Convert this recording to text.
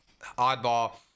oddball